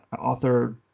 author